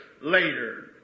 later